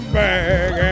bag